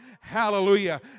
Hallelujah